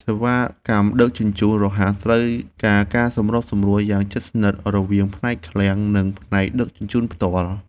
សេវាកម្មដឹកជញ្ជូនរហ័សត្រូវការការសម្របសម្រួលយ៉ាងជិតស្និទ្ធរវាងផ្នែកឃ្លាំង និងផ្នែកដឹកជញ្ជូនផ្ទាល់។